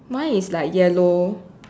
mine is like yellow